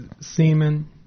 Semen